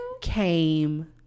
came